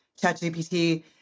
ChatGPT